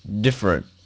different